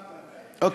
עד מתי, אוקיי.